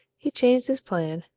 he changed his plan,